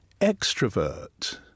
extrovert